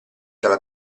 dalla